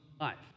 life